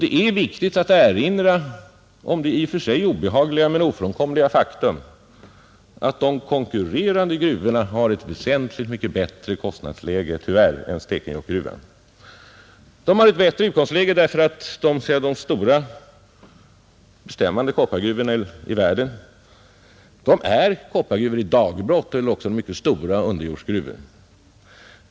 Det är viktigt att erinra om det obehagliga men ofrånkomliga faktum att de konkurrerande guvorna tyvärr har ett väsentligt mycket bättre kostnadsläge än Stekenjokkgruvan. De har ett bättre utgångsläge därför att de stora bestämmande koppargruvorna i världen är koppargruvor i dagbrott eller också mycket stora underjordsgruvor.